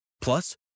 Plus